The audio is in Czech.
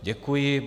Děkuji.